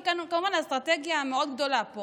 כי כאן כמובן האסטרטגיה המאוד-גדולה פה